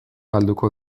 galduko